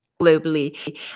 globally